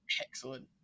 Excellent